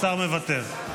השר מוותר.